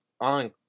on